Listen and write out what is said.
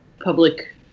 public